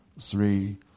three